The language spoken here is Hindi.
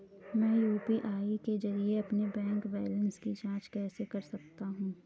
मैं यू.पी.आई के जरिए अपने बैंक बैलेंस की जाँच कैसे कर सकता हूँ?